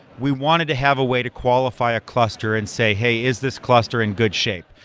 we wanted to have a way to qualify a cluster and say, hey, is this cluster in good shape?